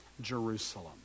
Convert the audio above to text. Jerusalem